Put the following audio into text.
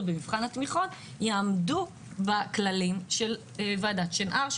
במבחן התמיכות יעמדו בכללים של דוח שנהר.